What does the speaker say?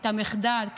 את המחדל,